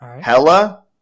hella